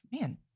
man